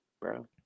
bro